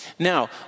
Now